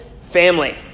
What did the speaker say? family